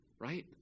right